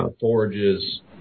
forages